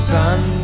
sun